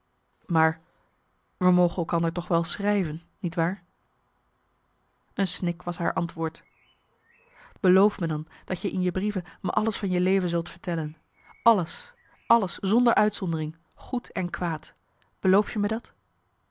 maar we mogen elkander toch wel schrijven niet waar een snik was haar antwoord beloof me dan je in je brieven me alles van je leven zult vertellen alles alles zonder uitzondering goed en kwaad beloof je me dat